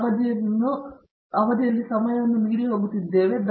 professor Rajesh Kumar ತುಂಬಾ ಧನ್ಯವಾದಗಳು